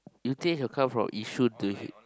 you think he will come from Yishun to here